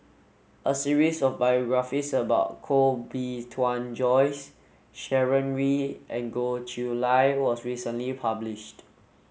a series of biographies about Koh Bee Tuan Joyce Sharon Wee and Goh Chiew Lye was recently published